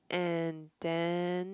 and then